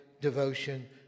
devotion